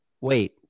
wait